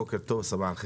בוקר טוב לכולם.